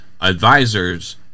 advisors